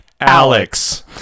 Alex